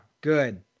good